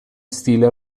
stile